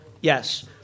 Yes